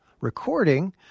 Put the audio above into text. recording